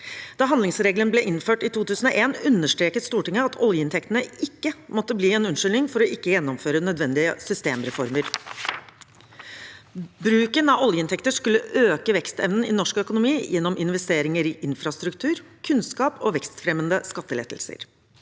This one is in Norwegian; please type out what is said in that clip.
Da handlingsregelen ble innført i 2001, understreket Stortinget at oljeinntektene ikke måtte bli en unnskyldning for ikke å gjennomføre nødvendige systemreformer. Bruken av oljeinntekter skulle øke vekstevnen i norsk økonomi gjennom investeringer i infrastruktur, kunnskap og vekstfremmende skattelettelser.